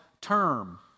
term